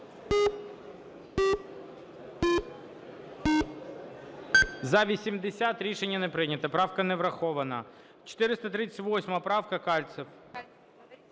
За-80 Рішення не прийнято. Правка не врахована. 438 правка, Кальцев.